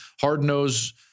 hard-nosed